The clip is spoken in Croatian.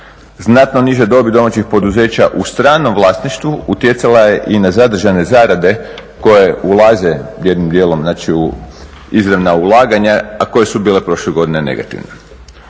Znatno niža dobit domaćih poduzeća u stranom vlasništvu utjecala je i na … zarade koje ulaze jednim dijelom, znači, u izravna ulaganja, a koja su bila prošle godine negativna.